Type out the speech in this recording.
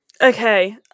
okay